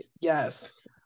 Yes